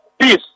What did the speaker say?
peace